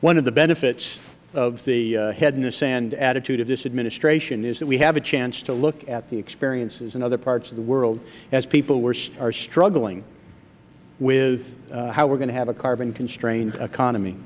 one of the benefits of the head in the sand attitude of this administration is that we have a chance to look at the experiences in other parts of the world as people are struggling with how we are going to have a carbon constrained